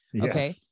okay